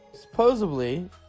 supposedly